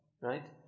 Right